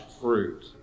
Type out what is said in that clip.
fruit